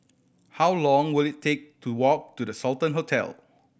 how long will it take to walk to The Sultan Hotel